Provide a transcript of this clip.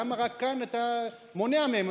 למה רק כאן אתה מונע מהם?